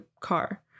car